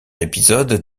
épisode